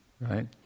right